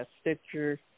Stitcher